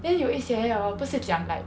then 有一些 hor 不是讲 like